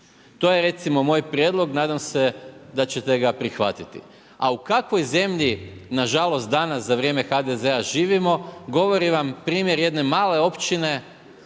To je recimo moj prijedlog, nadam se da ćete ga prihvatiti. A u kakvoj zemlji, nažalost, danas za vrijeme HDZ-a živimo, govorim vam primjer jedne male općine,